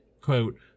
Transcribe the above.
Quote